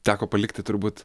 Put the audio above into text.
teko palikti turbūt